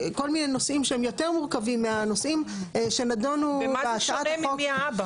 כל מיני נושאים שהם יותר מורכבים מהנושאים שנדונו בהצעת החוק.